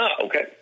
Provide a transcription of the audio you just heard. okay